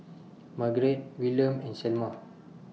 Margarett Willam and Selma